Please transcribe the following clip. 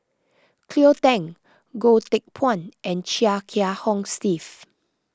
Cleo Thang Goh Teck Phuan and Chia Kiah Hong Steve